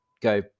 go